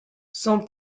son